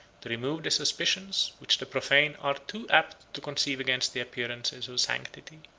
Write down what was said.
to remove the suspicions which the profane are too apt to conceive against the appearances of sanctity.